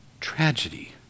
tragedy